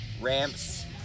ramps